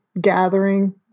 gathering